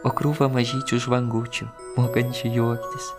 o krūvą mažyčių žvangučių mokančių juoktis